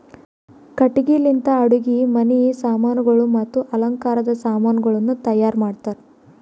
ಕಟ್ಟಿಗಿ ಲಿಂತ್ ಅಡುಗಿ ಮನಿ ಸಾಮಾನಗೊಳ್ ಮತ್ತ ಅಲಂಕಾರದ್ ಸಾಮಾನಗೊಳನು ತೈಯಾರ್ ಮಾಡ್ತಾರ್